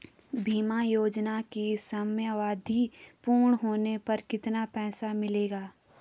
बीमा योजना की समयावधि पूर्ण होने पर कितना पैसा मिलेगा?